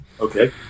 Okay